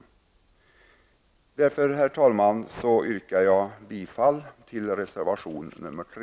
Med detta, herr talman, yrkar jag bifall till reservation 3.